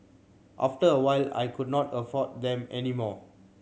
after a while I could not afford them any more